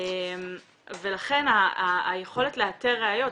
לכן היכולת לאתר ראיות,